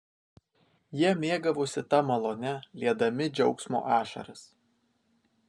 jie mėgavosi ta malone liedami džiaugsmo ašaras